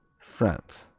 france